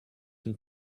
some